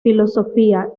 filosofía